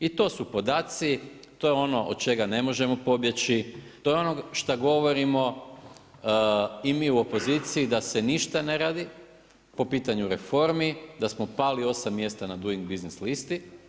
I to su podaci, to je ono od čega ne možemo pobjeći, to je ono što govorimo i mi u opoziciji da se ništa ne radi, po pitanju reformi, da smo pali 8 mjesta na doing business listi.